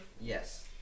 Yes